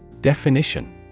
Definition